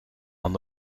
aan